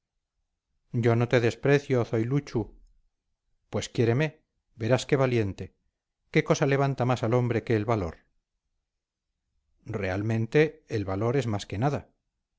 yo no te desprecio zoiluchu pues quiéreme verás qué valiente qué cosa levanta más al hombre que el valor realmente el valor es más que nada